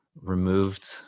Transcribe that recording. removed